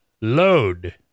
load